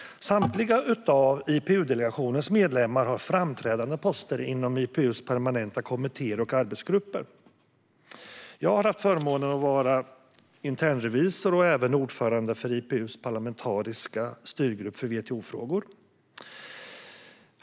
Samtliga av IPU-delegationens medlemmar har framträdande poster inom IPU:s permanenta kommittéer och arbetsgrupper. Jag har haft förmånen att vara internrevisor och även ordförande för IPU:s parlamentariska styrgrupp för WTO-frågor.